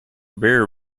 beer